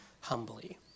humbly